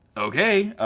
okay.